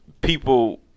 People